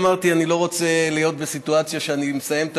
אמרתי שאני לא רוצה להיות בסיטואציה שאני מסיים את